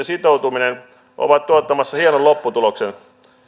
sitoutuminen ovat tuottamassa hienon lopputuloksen